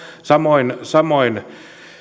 samoin samoin